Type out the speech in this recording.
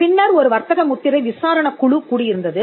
பின்னர் ஒரு வர்த்தக முத்திரை விசாரணைக் குழு கூடியிருந்தது